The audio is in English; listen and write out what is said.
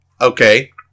Okay